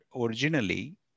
originally